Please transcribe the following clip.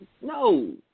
No